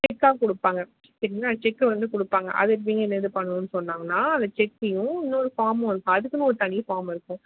செக்காக கொடுப்பாங்க பின்னாடி செக்கை வந்து கொடுப்பாங்க அது எப்படிங்க இந்த இது பண்ணணும் சொன்னாங்கனால் அந்த செக்கையும் இன்னோரு ஃபார்மும் இருக்குது அதுக்குனு ஒரு தனி ஃபார்ம் இருக்கும்